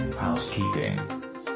housekeeping